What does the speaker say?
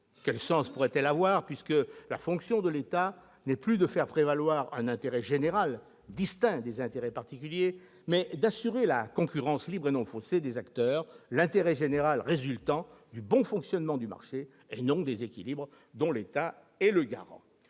Quel sens pourrait-elle avoir ? La fonction de l'État n'est plus de faire prévaloir un intérêt général, distinct des intérêts particuliers, mais d'assurer la « concurrence libre et non faussée » des acteurs, l'intérêt général résultant du bon fonctionnement du marché, non des équilibres dont l'État est le garant.